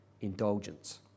indulgence